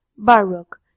Baroque